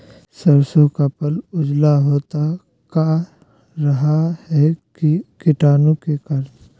सरसो का पल उजला होता का रहा है की कीटाणु के करण?